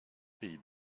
pays